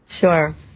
sure